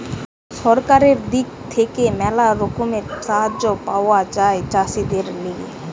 সরকারের দিক থেকে ম্যালা রকমের সাহায্য পাওয়া যায় চাষীদের লিগে